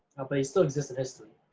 but they still exist in history,